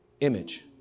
image